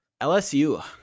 LSU